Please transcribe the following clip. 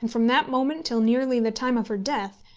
and from that moment till nearly the time of her death,